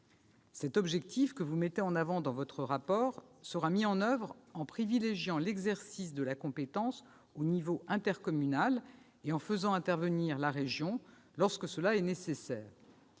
Cet objectif, que vous mettez en avant dans votre rapport, sera mis en oeuvre en privilégiant l'exercice de la compétence au niveau intercommunal et en faisant intervenir la région lorsque cela est nécessaire.